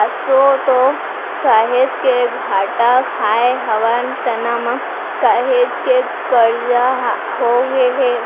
आसो तो काहेच के घाटा खाय हवन चना म, काहेच के करजा होगे हे